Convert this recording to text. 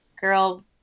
girl